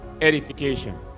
edification